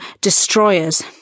destroyers